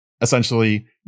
essentially